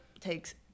takes